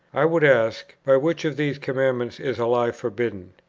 i would ask, by which of the commandments is a lie forbidden?